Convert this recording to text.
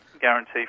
guarantee